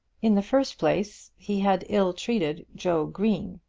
in the first place, he had ill-treated joe green,